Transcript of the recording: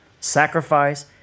sacrifice